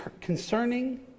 concerning